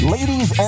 Ladies